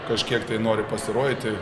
kažkiek tai nori pasirodyti